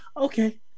Okay